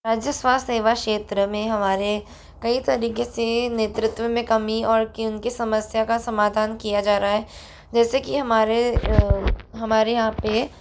राज्य स्वास्थ्य सेवा क्षेत्र में हमारे कई तरीके से नेतृत्व में कमी और के उनकी समस्या का समाधान किया जा रहा है जैसे कि हमारे हमारे यहाँ पे